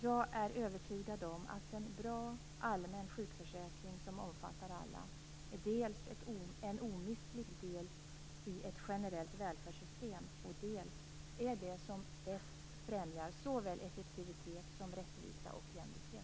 Jag är övertygad om att en bra allmän sjukförsäkring som omfattar alla dels är en omistlig del av ett generellt välfärdssystem, dels är det som bäst främjar såväl effektivitet som rättvisa och jämlikhet.